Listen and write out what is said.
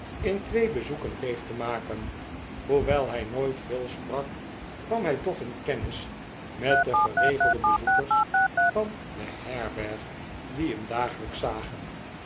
in twee bezoeken leeg te maken hoewel hij nooit veel sprak kwam hij toch in kennis met de geregelde bezoekers van de herberg die hem dagelijks zagen